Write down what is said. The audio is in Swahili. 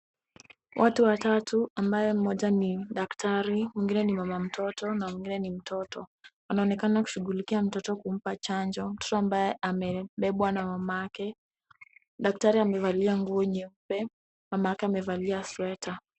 Watu watatu ambaye mmoja ni daktari, mwingine ni mama mtoto na mwingine ni mtoto. Anaonekana kushughulikia mtoto kumpa chanjo mtoto ambaye amebebwa na mamake. Daktari amevalia nguo nyeupe, mamake amevalia sweta.